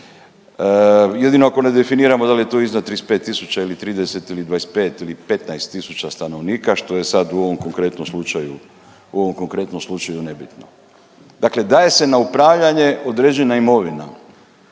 jedino ako ne definiramo da li je to iznad 35 tisuća ili 30 ili 25 ili 15 tisuća stanovnika što je sad u ovom konkretnom slučaju, u ovom konkretnom slučaju nebitno. Dakle, daje se na upravljanje određena imovina,